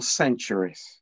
centuries